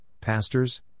pastors